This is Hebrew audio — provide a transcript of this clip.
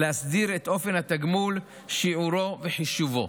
להסדיר את אופן התגמול, שיעורו וחישובו.